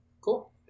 Cool